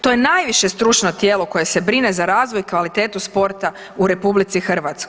To je najviše stručno tijelo koje se brine za razvoj i kvalitetu sporta u RH.